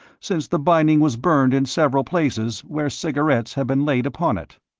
since the binding was burned in several places where cigarettes had been laid upon it.